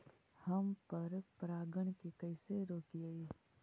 हम पर परागण के कैसे रोकिअई?